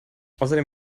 außerdem